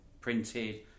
printed